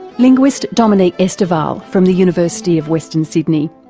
linguist dominique estival from the university of western sydney.